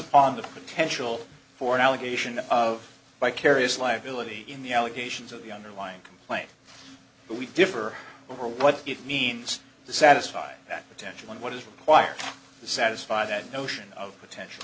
on the potential for an allegation of by carious liability in the allegations of the underlying complaint but we differ over what it means to satisfy that potential and what is required to satisfy that notion of potential